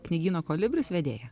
knygyno kolibris vedėja